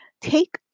take